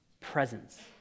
presence